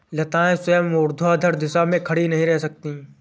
लताएं स्वयं ऊर्ध्वाधर दिशा में खड़ी नहीं रह सकती